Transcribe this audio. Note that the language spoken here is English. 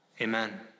Amen